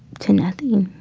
to nothing.